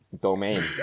domain